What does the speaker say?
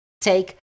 take